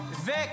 Vic